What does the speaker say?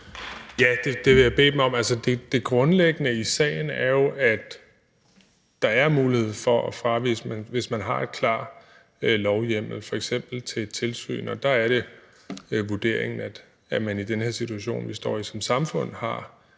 Ja, det vil jeg bede dem om. Det grundlæggende i sagen er jo, at der er mulighed for at fravige bestemmelser, hvis man har en klar lovhjemmel, f.eks. til et tilsyn, og der er det vurderingen, at man i den her situation, vi står i som samfund, har